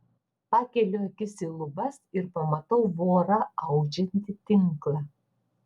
pakeliu akis į lubas ir pamatau vorą audžiantį tinklą